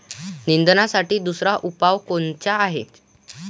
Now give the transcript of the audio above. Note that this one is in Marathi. निंदनासाठी दुसरा उपाव कोनचा हाये?